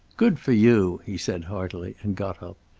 good for you, he said heartily, and got up.